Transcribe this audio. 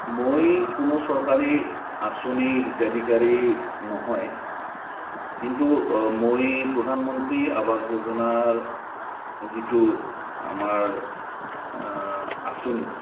মই কোনো চৰকাৰী আঁচনি হিতাধিকাৰী নহয় কিন্তু মই প্ৰধানমন্ত্ৰী আৱাস যোজনাৰ যিটো আমাৰ আঁচনি